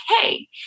okay